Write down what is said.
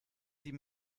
sie